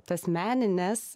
tas menines